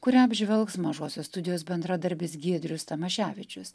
kurią apžvelgs mažosios studijos bendradarbis giedrius tamaševičius